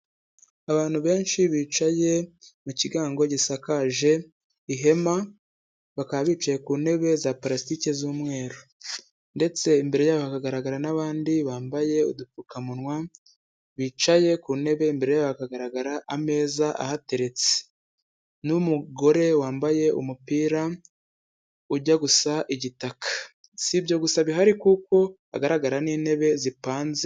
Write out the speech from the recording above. Abantu benshi bicaye mu kiryango gisakaje ihema bakaba bicaye ku ntebe za pasurasitike z'umweru ndetse imbere yabo hagaragara n'abandi bambaye udupfukamunwa, bicaye ku ntebe imbere yabo hagaragara ameza ahateretse n'umugore wambaye umupira ujya gusa igitaka, sibyo gusa bihari kuko hagaragara n'intebe zipanze.